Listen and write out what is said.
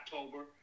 october